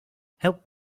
help